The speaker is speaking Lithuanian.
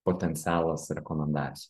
potencialas rekomendacijų